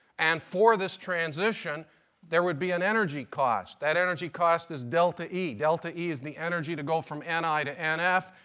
and for this transition there would be an energy cost. that energy cost is delta e. delta e is the energy to go from and ni to nf.